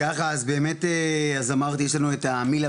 ככה אז באמת אז אמרתי יש לנו את המיל"ה